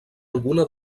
alguna